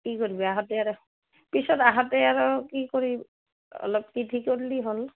কি কৰিবি আহোঁতে আৰু পিছত আহোঁতে আৰু কি কৰি অলপ কৰিলে হ'ল